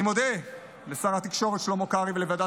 אני מודה לשר התקשורת שלמה קרעי ולוועדת